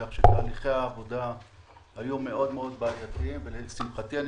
כך שתהליכי העבודה היו בעיתים מאוד ולשמחתי אני